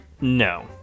No